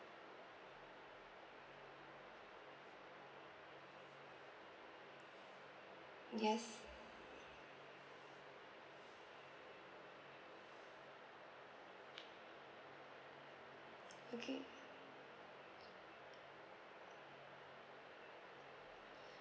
yes okay